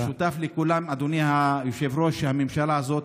המשותף לכולם, אדוני היושב-ראש, שהממשלה הזאת